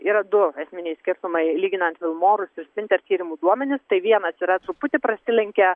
yra du esminiai skirtumai lyginant vilmorus ir spinter tyrimų duomenis tai vienas yra truputį prasilenkia